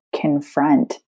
confront